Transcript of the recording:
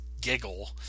giggle